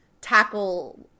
tackle